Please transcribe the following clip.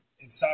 inside